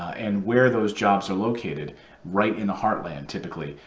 and where those jobs are located right in the heartland, typically,